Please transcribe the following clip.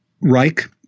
Reich